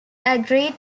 agreed